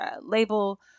label